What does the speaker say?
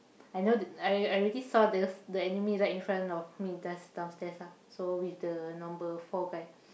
I know the I I already saw this the enemy right in front me just downstairs ah so with the number four guys